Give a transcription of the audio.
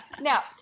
Now